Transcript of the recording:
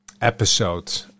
episode